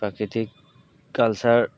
প্ৰাকৃতিক কালচাৰ